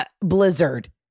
blizzard